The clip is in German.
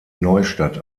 neustadt